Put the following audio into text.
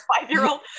five-year-old